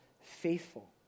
faithful